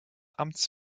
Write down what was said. amts